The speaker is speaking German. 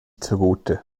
zugute